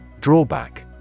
Drawback